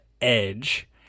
Edge